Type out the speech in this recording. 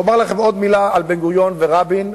ואומר לכם עוד מלה על בן-גוריון ורבין,